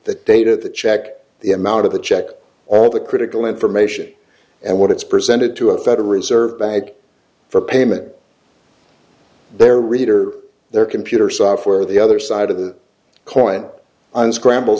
the date of the check the amount of the check or the critical information and what it's presented to a federal reserve bank for payment their reader their computer software the other side of the coin and scramble